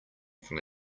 from